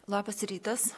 labas rytas